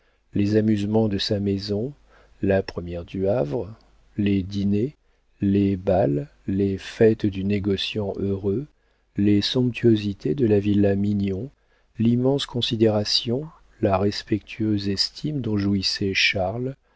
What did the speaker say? les amusements de sa maison la première du havre les dîners les bals les fêtes du négociant heureux les somptuosités de la villa mignon l'immense considération la respectueuse estime dont jouissait charles